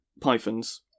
pythons